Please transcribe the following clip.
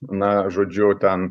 na žodžiu ten